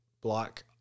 block